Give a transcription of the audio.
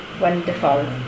wonderful